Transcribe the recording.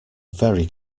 very